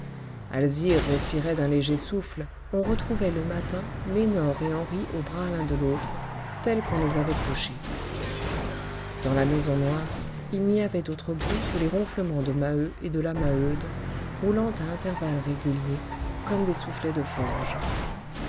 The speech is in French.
alzire respirait d'un léger souffle on retrouvait le matin lénore et henri aux bras l'un de l'autre tels qu'on les avait couchés dans la maison noire il n'y avait d'autre bruit que les ronflements de maheu et de la maheude roulant à intervalles réguliers comme des soufflets de forge